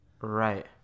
Right